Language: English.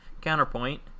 Counterpoint